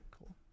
cool